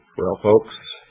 well, folks,